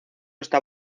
está